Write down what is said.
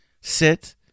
sit